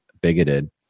bigoted